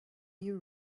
you